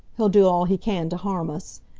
he'll do all he can to harm us.